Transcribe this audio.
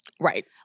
Right